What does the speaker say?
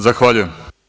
Zahvaljujem.